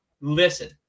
Listen